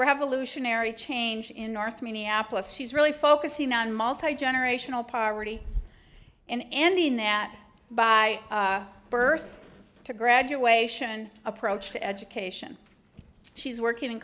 revolutionary change in north minneapolis she's really focusing on multigenerational poverty an ending that by birth to graduation approach to education she's working in